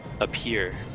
Appear